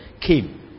came